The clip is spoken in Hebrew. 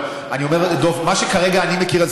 אבל אני אומר עכשיו לדב: מה שאני כרגע יודע זה